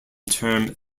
term